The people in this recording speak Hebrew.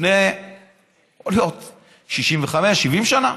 לפני 65 70 שנה,